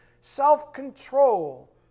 self-control